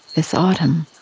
this autumn,